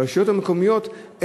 הרשויות המקומיות,